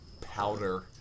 powder